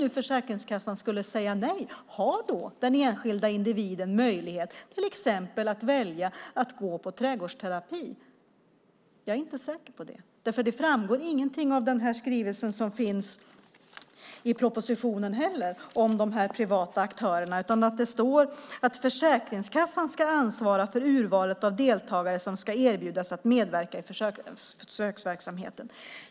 Om Försäkringskassan skulle säga nej, har då den enskilda individen möjlighet att till exempel välja att gå på trädgårdsterapi? Jag är inte säker på det. Det framgår heller inte av skrivningen i propositionen om de privata aktörerna. Det står att Försäkringskassan ska ansvara för urvalet av deltagare som ska erbjudas att medverka i försöksverksamheten.